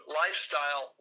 lifestyle